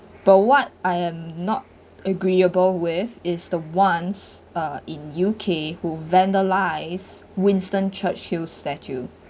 but what I am not agreeable with is the ones uh in U_K who vandalised winston churchill's statue